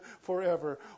forever